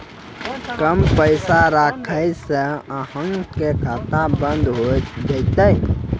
कम पैसा रखला से अहाँ के खाता बंद हो जैतै?